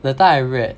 that time I read